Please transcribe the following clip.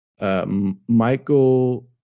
Michael